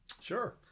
Sure